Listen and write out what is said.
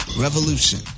revolution